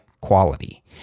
quality